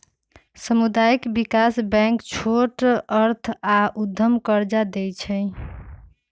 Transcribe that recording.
सामुदायिक विकास बैंक छोट अर्थ आऽ उद्यम कर्जा दइ छइ